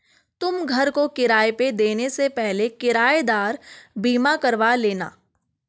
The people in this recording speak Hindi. तुम घर को किराए पे देने से पहले किरायेदार बीमा करवा लेना